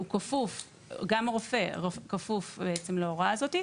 גם הרופא כפוף להוראה הזאת,